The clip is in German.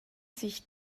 sich